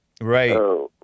right